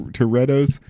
Torettos